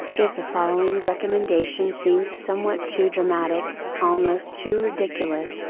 if the following recommendation seems somewhat too dramatic, almost too ridiculous,